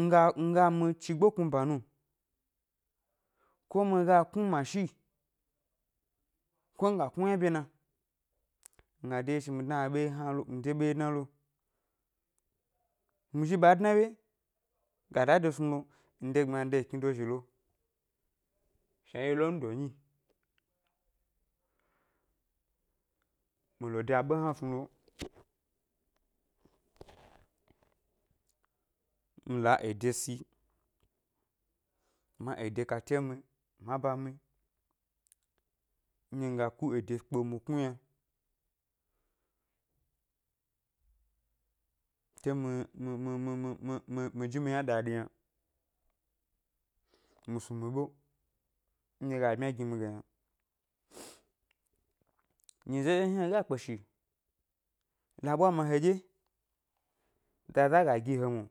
Nga nga mi chigbeknu ʻba nu ko mi ga knu mashi ko nga knu yna bye na, nga de yeshi nde aɓe hna lo mi dé ɓe ʻwye dna lo mi zhi ɓa dna ʻwye ga da de snu nu nde gbmiya nde ekni dozhi lo shnaye london nyi, mi lo de aɓe hna snu lo nla ede si ma ede kate mi ma ʻba mi nɗye mi ga ku ede kpeo mi knu yna ke mi mi mi mi mi mi mi mi mi ji mi yna dadi yna, mi snu mi ʻbe nɗye ga bmya gi mi ge yna. Nyize nɗye hni he ga kpe shi la ʻɓwa ma heɗye zaza ga gi he mo,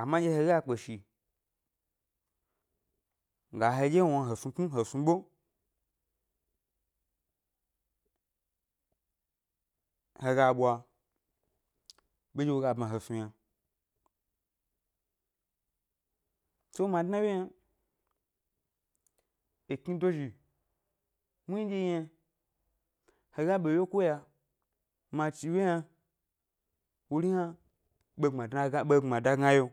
ama nɗye he ga kpeshi la heɗye wna he snu tnu he snu ʻbe, he ga ɓwa ɓeɗye wo ga bma he snu, tso ma dna ʻwye yna ekni dozhi nɗye yi yna, he ga ɓewyeko ya ma chi ʻwye yna, wori hna ɓegbmadna ga ɓe gbmada gna yio.